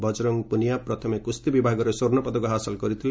ବକରଙ୍ଗ ପୁନିଆ ପ୍ରଥମେ କୁସ୍ତି ବିଭାଗରେ ସ୍ୱର୍ଣ୍ଣପଦକ ହାସଲ କରିଥିଲେ